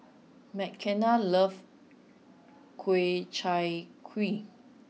Mckenna loves Ku Chai Kuih